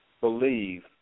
believe